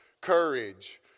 courage